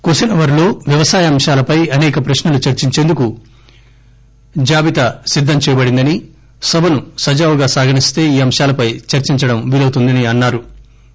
question hour లో వ్యవసాయ అంశాలపై అసేక ప్రశ్నలు చర్చించేందుకు జాబితా సిద్దం చేయబడిందని సభను సజావుగా సాగనిస్తే ఈ అంశాలపై చర్చించడం వీలవుతుందని అన్నారు